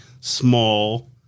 small